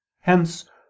Hence